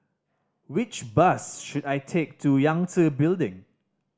which bus should I take to Yangtze Building